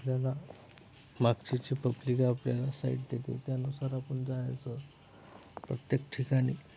आपल्याला मागची जी पब्लिक आहे आपल्याला साइड देते त्यानुसार आपण जायचं प्रत्येक ठिकाणी